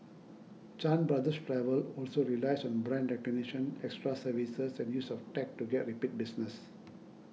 Chan Brothers Travel also relies on brand recognition extra services and use of tech to get repeat business